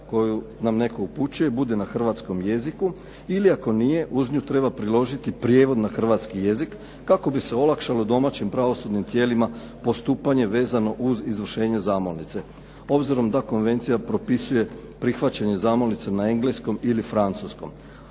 koju nam neko upućuje bude na hrvatskom jeziku ili ako nije uz nju treba priložiti prijevod na hrvatski jezik, kako bi se olakšalo domaćim pravosudnim tijelima, postupanje vezano uz izvršenje zamolnice. Obzirom da konvencija propisuje prihvaćanje zamolnice na engleskom ili francuskom.